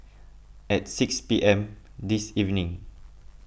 at six P M this evening